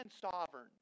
sovereign